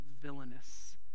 villainous